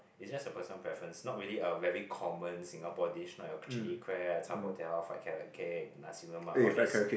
it's just a personal preference not really a very common Singapore dish not your chilli crab char-kway-teow fried carrot cake and nasi-lemak all these